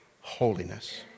holiness